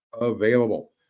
available